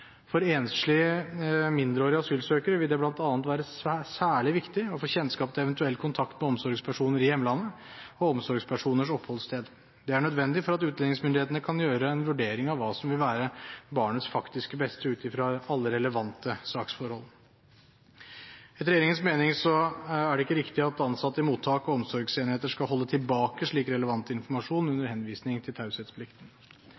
For enslige mindreårige asylsøkere vil det bl.a. være særlig viktig å få kjennskap til eventuell kontakt med omsorgspersoner i hjemlandet og omsorgspersoners oppholdssted. Det er nødvendig for at utlendingsmyndighetene skal kunne gjøre en vurdering av hva som vil være barnets faktiske beste ut fra alle relevante saksforhold. Etter regjeringens mening er det ikke riktig at ansatte i mottak og omsorgsenheter skal holde tilbake slik relevant informasjon